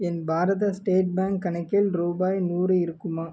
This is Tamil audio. என் பாரத ஸ்டேட் பேங்க் கணக்கில் ரூபாய் நூறு இருக்குமா